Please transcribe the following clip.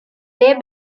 day